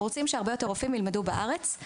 אנחנו רוצים שהרבה יותר רופאים ילמדו בארץ.